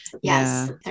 yes